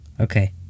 Okay